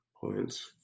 points